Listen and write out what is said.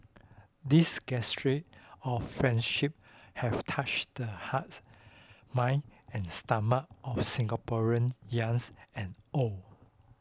these gestures of friendship have touched the hearts minds and stomachs of Singaporeans youngs and old